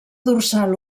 dorsal